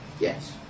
Yes